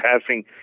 passing